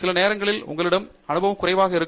சில நேரங்களில் உங்களிடம் அனுபவம் குறைவாக இருக்கும்